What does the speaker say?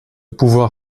pouvoir